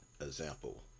example